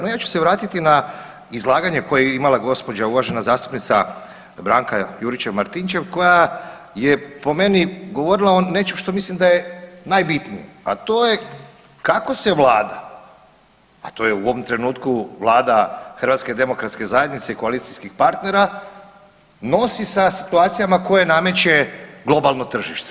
No, ja ću se vratiti na izlaganje koje je imala gospođa uvažena zastupnica Branka Juričev Martinčev koja je po meni govorila o nečem što mislim da je najbitnije, a to je kako se Vlada a to je u ovom trenutku Vlada Hrvatska demokratske zajednice i koalicijskih partnera nosi sa situacijama koje nameće globalno tržište.